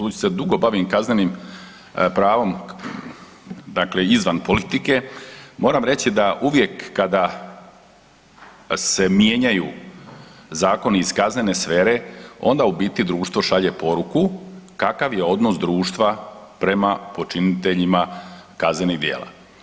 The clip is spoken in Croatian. Budući se dugo bavim kaznenim pravom, dakle izvan politike, moram reći da uvijek kada se mijenjaju zakoni iz kaznene sfere, onda u biti društvo šalje poruku kakav je odnos društva prema počiniteljima kaznenih djela.